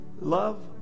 Love